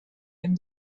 and